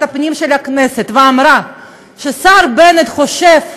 הפנים של הכנסת ואמרה שהשר בנט חושב,